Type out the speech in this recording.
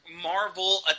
Marvel